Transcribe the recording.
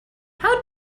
how